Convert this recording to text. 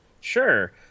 Sure